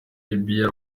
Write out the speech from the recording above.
libya